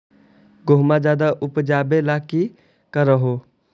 गेहुमा ज्यादा उपजाबे ला की कर हो?